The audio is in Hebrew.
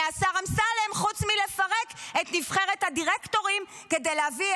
חוץ מלפרק את נבחרת הדירקטורים כדי להביא,